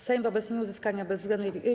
Sejm wobec nieuzyskania bezwzględnej.